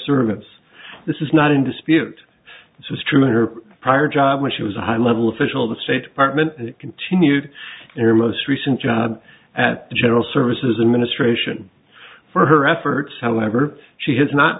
service this is not in dispute this was true in her prior job when she was a high level official the state department continued and her most recent job at the general services administration for her efforts however she has not